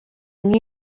new